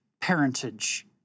parentage